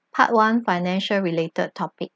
part one financial related topic